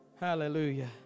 Hallelujah